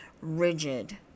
rigid